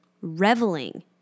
reveling